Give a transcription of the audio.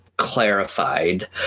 Clarified